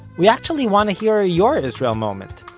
we actually want to hear ah your israel moment.